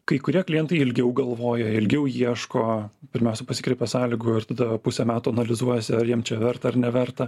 kai kurie klientai ilgiau galvoja ilgiau ieško pirmiausia pasikreipia sąlygų ir tada pusę metų analizuosi ar jiem čia verta ar neverta